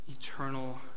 eternal